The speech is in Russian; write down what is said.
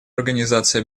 организации